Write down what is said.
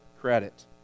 credit